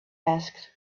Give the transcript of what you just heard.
asked